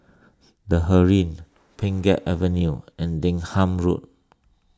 the Heeren Pheng Geck Avenue and Denham Road